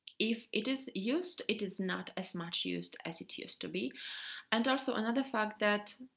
if it is used it is not as much used as it used to be and also another fact that